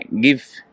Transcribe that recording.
give